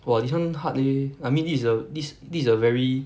!wah! this [one] hard leh I mean this is a thi~ this is a very